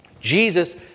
Jesus